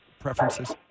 preferences